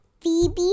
Phoebe